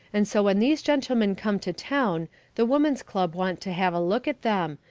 and so when these gentlemen come to town the woman's club want to have a look at them,